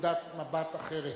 מנקודת מבט אחרת.